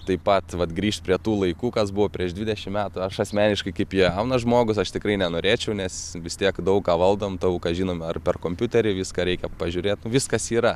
taip pat vat grįšt prie tų laikų kas buvo prieš dvidešimt metų aš asmeniškai kaip jaunas žmogus aš tikrai nenorėčiau nes vis tiek daug ką valdom daug ką žinom ar per kompiuterį viską reikia pažiūrėt viskas yra